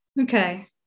okay